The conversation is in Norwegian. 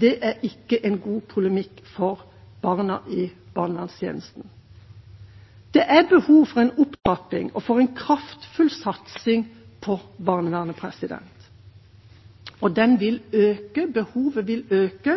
Det er ikke en god polemikk for barna i barnevernstjenesten. Det er behov for en opptrapping og for en kraftfull satsing på barnevernet, og behovet vil øke